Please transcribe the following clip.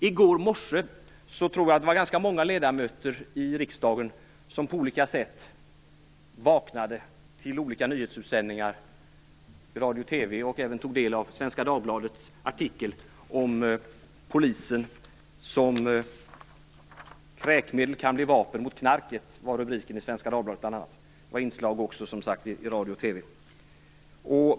I går morse var det nog ganska många ledamöter som vaknade till olika nyhetsutsändningar om polisen i radio och TV och även tog del av Svenska Dagbladets artikel med rubriken "Kräkmedel kan bli vapen mot knarket".